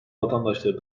vatandaşları